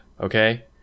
okay